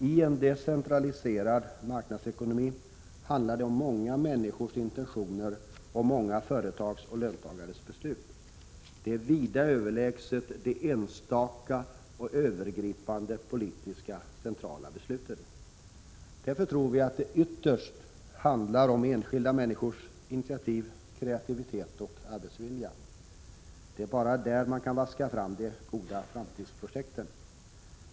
I en decentraliserad marknadsekonomi handlar det om många människors intentioner och många företags och löntagares beslut. Detta är vida överlägset de enstaka och övergripande politiska centrala besluten. Därför tror vi att det ytterst handlar om enskilda människors initiativ, kreativitet och arbetsvilja. Det är bara där man kan vaska fram de goda framtidsprojekten.